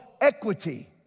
equity